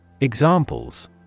Examples